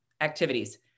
activities